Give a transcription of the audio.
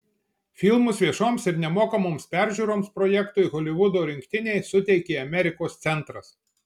filmus viešoms ir nemokamoms peržiūroms projektui holivudo rinktiniai suteikė amerikos centras